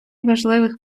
важливих